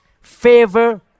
favor